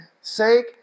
sake